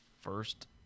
first